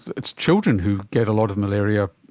it's children who get a lot of malaria,